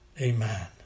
Amen